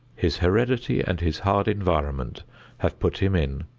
his heredity and his hard environment have put him in.